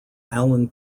alan